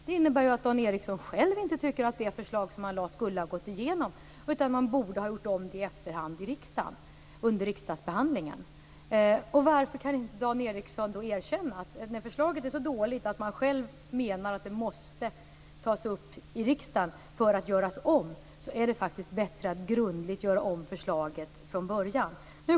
Det innebär ju att Dan Ericsson själv inte tror att det förslag som han m.fl. lade fram skulle ha gått igenom, utan det borde ha gjorts om i efterhand under riksdagsbehandlingen. När förslaget är så dåligt att man själv anser att det måste tas upp och omarbetas i riksdagen är det faktiskt bättre att grundligt göra om förslaget från början. Varför kan inte Dan Ericsson erkänna det?